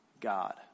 God